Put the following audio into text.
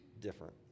different